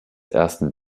ersten